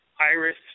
Iris